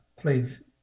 please